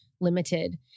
limited